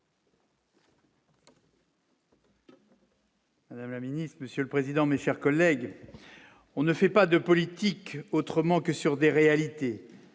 minutes. La Ministre, Monsieur le Président, mes chers collègues, on ne fait pas de politique autrement que sur des réalités,